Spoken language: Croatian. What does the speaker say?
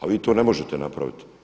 A vi to ne možete napraviti.